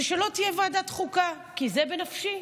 הוא שלא תהיה ועדת חוקה, כי זה בנפשי.